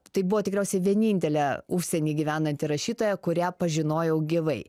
tai buvo tikriausiai vienintelė užsieny gyvenanti rašytoja kurią pažinojau gyvai